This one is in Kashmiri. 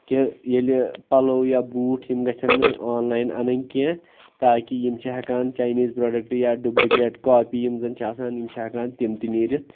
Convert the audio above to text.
کہِ ییٚلہِ پَلو یا بوٗٹ یِم گژھن نہٕ آن لاین اَنٕنۍ کینٛہہ تاکہِ یِم چھِ ہیٚکان چَینیٖز پرٛوڈَکٹ یا ڈُبلِکیٹ کاپی یِم زَن چھِ آسان یِم چھِ ہیٚکان تِم تہِ ںیٖرِتھ